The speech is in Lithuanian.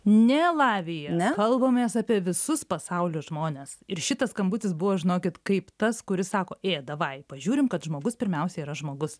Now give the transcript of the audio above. ne lavija kalbamės apie visus pasaulio žmones ir šitas skambutis buvo žinokit kaip tas kuris sako ė davai pažiūrim kad žmogus pirmiausiai yra žmogus